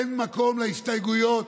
אין מקום להסתייגויות